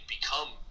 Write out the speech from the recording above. become